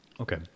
Okay